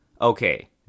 Okay